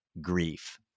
grief